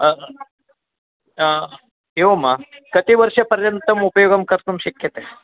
एवं कति वर्षपर्यन्तम् उपयोगं कर्तुं शक्यते